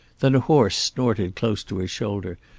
then a horse snorted close to his shoulder,